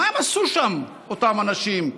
מה הם עשו שם אותם אנשים,